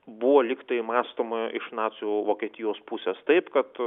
buvo lygtai mąstoma iš nacių vokietijos pusės taip kad